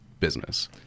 business